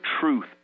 truth